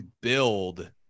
build